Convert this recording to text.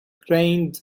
rained